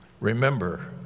Remember